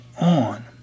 on